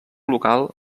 local